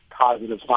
positive